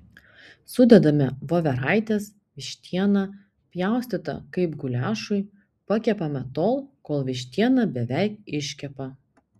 sudedame voveraites vištieną pjaustytą kaip guliašui pakepame tol kol vištiena beveik iškepa